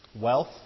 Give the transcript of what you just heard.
wealth